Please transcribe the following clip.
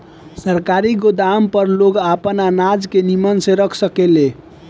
सरकारी गोदाम पर लोग आपन अनाज के निमन से रख सकेले